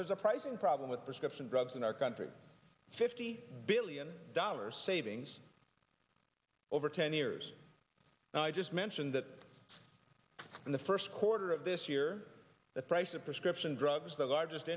there's a pricing problem with prescription drugs in our country fifty billion dollars savings over ten years now i just mentioned that in the first quarter of this year the price of prescription drugs the largest